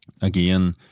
again